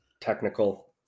technical